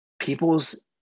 people's